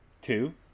Two